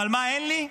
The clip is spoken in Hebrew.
אבל מה אין לי?